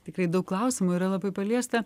tikrai daug klausimų yra labai paliesta